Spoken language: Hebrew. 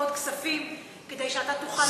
עוד כספים כדי שאתה תוכל להוסיף עוד תקנים?